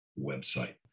website